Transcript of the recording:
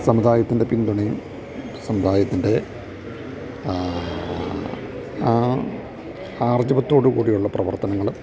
സമുദായത്തിൻ്റെ പിന്തുണയും സമുദായത്തിൻ്റെ ആർജ്ജവത്തോടുകൂടിയുള്ള പ്രവർത്തനങ്ങളും